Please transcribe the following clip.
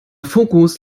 fokus